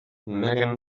megan